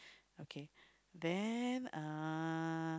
okay then uh